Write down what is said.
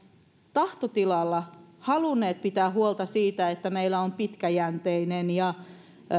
tahtotilalla halunneet pitää huolta siitä että meillä on olemassa pitkäjänteinen ja